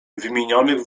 wymienionych